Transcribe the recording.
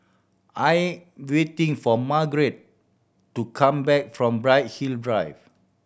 I waiting for Marget to come back from Bright Hill Drive